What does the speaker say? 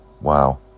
wow